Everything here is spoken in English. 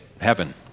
heaven